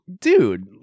dude